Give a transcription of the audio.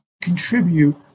contribute